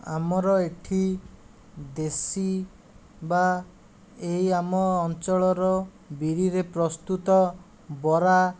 ଆମର ଏଠି ଦେଶୀ ବା ଏଇ ଆମ ଅଞ୍ଚଳର ବିରିରେ ପ୍ରସ୍ତୁତ ବରା